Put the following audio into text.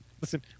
listen